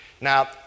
Now